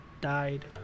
died